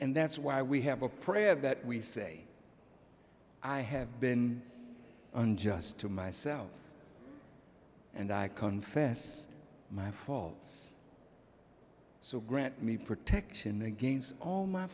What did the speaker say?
and that's why we have a prayer that we say i have been unjust to myself and i confess my faults so grant me protection against all my